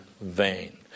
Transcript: vain